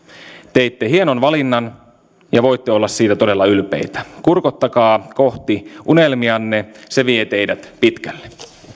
teitte hienon valinnan ja voitte olla siitä todella ylpeitä kurkottakaa kohti unelmianne se vie teidät pitkälle